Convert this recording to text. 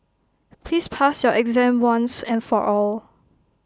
please pass your exam once and for all